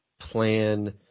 plan